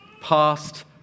past